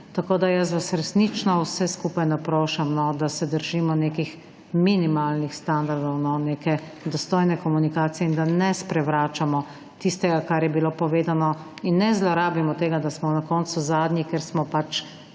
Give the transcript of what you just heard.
Tako, da jaz vas resnično vse skupaj naprošam, da se držimo nekih minimalnih standardov neke dostojne komunikacije in da ne sprevračamo tistega, kar je bilo povedano. In ne zlorabimo tega, da smo na koncu zadnji, ker smo pač